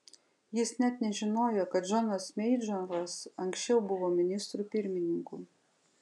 jis net nežinojo kad džonas meidžoras anksčiau buvo ministru pirmininku